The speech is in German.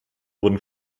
wurden